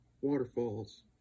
waterfalls